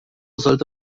sollte